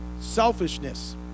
selfishness